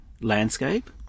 landscape